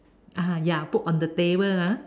ah ya put on the table ah